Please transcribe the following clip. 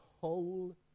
whole